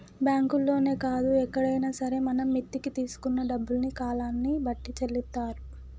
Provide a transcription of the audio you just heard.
బ్యాంకుల్లోనే కాదు ఎక్కడైనా సరే మనం మిత్తికి తీసుకున్న డబ్బుల్ని కాలాన్ని బట్టి చెల్లిత్తారు